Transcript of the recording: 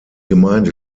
gemeinde